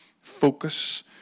focus